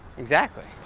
exactly.